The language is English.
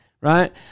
right